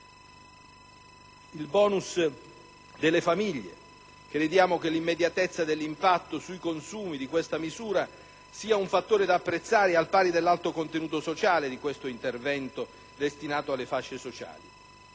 al *bonus* per le famiglie: crediamo che l'immediatezza dell'impatto sui consumi di questa misura sia un fattore da apprezzare, al pari dell'alto contenuto sociale di questo intervento destinato alle fasce sociali